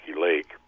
Lake